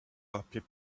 appeared